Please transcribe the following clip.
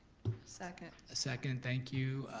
second. ah second, thank you.